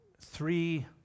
three